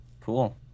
Cool